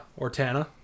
Ortana